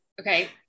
Okay